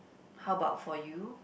how about for you